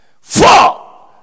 four